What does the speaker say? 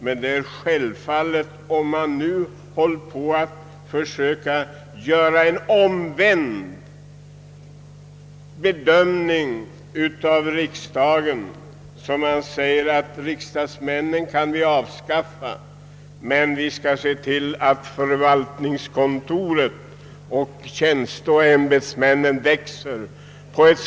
Detta skulle självfallet vara korrekt om man försökte göra om riksdagen och säga att riksdagsmännen skulle avskaffas, men att man skulle se till att förvaltningskontoret och antalet tjänsteoch ämbetsmän skulle växa.